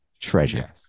treasure